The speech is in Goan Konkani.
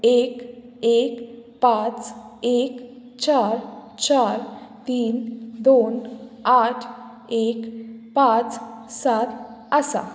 एक एक पांच एक चार चार तीन दोन आठ एक पांच सात आसा